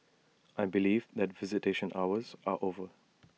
I believe that visitation hours are over